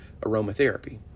aromatherapy